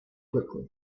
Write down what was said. quickly